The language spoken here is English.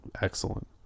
excellent